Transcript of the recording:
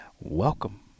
welcome